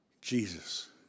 Jesus